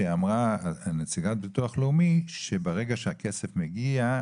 שאמרה נציגת ביטוח לאומי שברגע שהכסף מגיע,